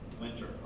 winter